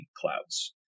clouds